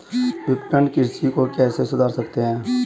विपणन कृषि को कैसे सुधार सकते हैं?